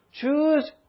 Choose